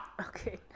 Okay